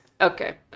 okay